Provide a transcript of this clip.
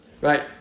right